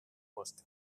fosca